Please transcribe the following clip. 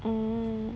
mm